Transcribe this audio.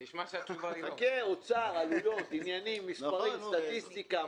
זה אוצר, עלויות, עניינים, מספרים, סטטיסטיקה.